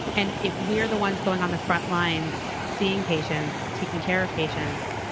and if we're the ones going on the front lines, seeing patients, taking care of patients,